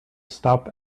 stop